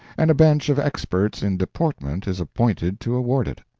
and a bench of experts in deportment is appointed to award it.